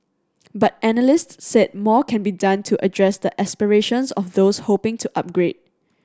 but analysts said more can be done to address the aspirations of those hoping to upgrade